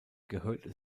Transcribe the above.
gehörte